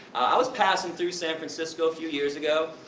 i was passing through san francisco a few years ago,